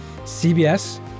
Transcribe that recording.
CBS